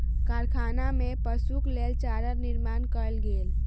कारखाना में पशुक लेल चारा निर्माण कयल गेल